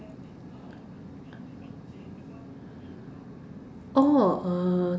oh uh